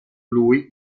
lui